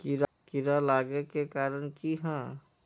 कीड़ा लागे के कारण की हाँ?